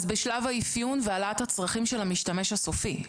אז בשלב האפיון והעלאת הצרכים של המשתמש הסופי.